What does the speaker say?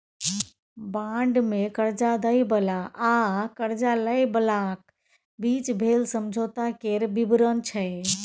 bond मे करजा दय बला आ करजा लय बलाक बीचक भेल समझौता केर बिबरण छै